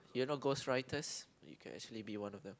you know ghost writers you can actually be one of them